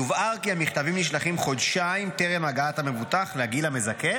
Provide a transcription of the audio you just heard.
יובהר כי המכתבים נשלחים חודשיים טרם הגעת המבוטח לגיל המזכה,